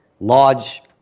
large